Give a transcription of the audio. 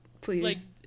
Please